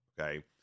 okay